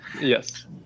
Yes